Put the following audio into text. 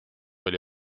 oli